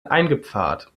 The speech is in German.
eingepfarrt